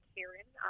Karen